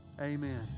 amen